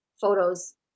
photos